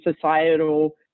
societal